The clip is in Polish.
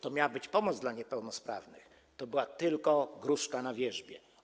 To miała być pomoc dla niepełnosprawnych, a to była tylko gruszka na wierzbie.